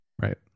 Right